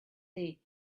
day